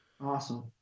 Awesome